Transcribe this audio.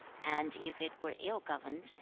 and if it were ill-governed,